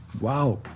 Wow